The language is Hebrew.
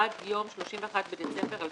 עד יום ט"ז בטבת התשפ"א (31 בדצמבר 2020);